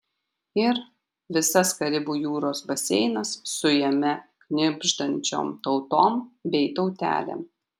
ir visas karibų jūros baseinas su jame knibždančiom tautom bei tautelėm